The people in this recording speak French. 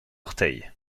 orteils